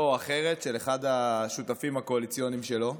או אחרת של אחד השותפים הקואליציוניים שלו.